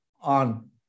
on